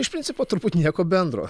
iš principo turbūt nieko bendro